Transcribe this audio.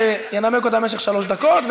שינמק אותה במשך שלוש דקות,